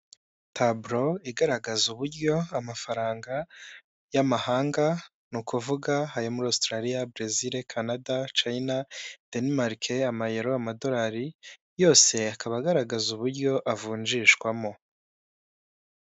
Taburo igaragaza uburyo amafaranga y'amahanga ni ukuvuga ayo muri Australia, Brazil, Canada, China, Denmark, amayero, amadolari, yose akaba agaragaza uburyo avunjishwamo.